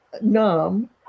numb